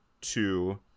two